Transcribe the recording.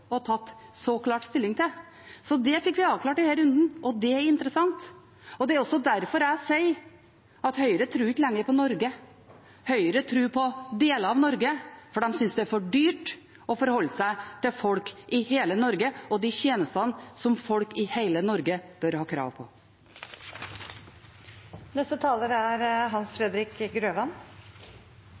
så klart stilling til. Det har vi fått avklart i denne runden, og det er interessant. Det er også derfor jeg sier at Høyre ikke lenger tror på Norge. Høyre tror på deler av Norge, for de synes det er for dyrt å forholde seg til folk i hele Norge og de tjenestene som folk i hele Norge bør ha krav